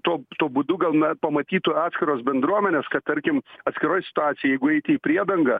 tuo tuo būdu gal na pamatytų atskiros bendruomenės kad tarkim atskiroj situacijoj jeigu eiti į priedangą